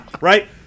Right